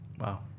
Wow